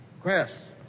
Chris